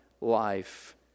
life